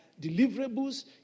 deliverables